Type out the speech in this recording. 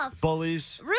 bullies